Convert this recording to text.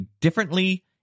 differently